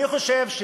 אני חושב,